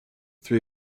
three